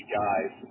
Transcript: guys